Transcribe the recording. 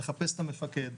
לחפש את המפקד,